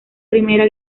primera